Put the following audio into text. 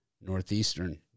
Northeastern